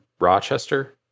Rochester